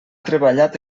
treballat